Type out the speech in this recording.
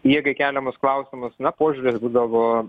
jėgai keliamus klausimus na požiūris būdavo